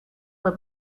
fue